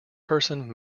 person